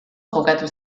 jokatu